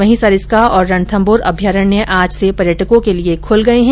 वहीं सरिस्का और रणथम्भौर अभ्यारण्य आज से पर्यटकों के लिये खुल गये है